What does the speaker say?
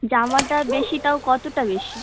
জামাটা বেশি তাও কতটা বেশি